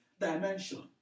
dimension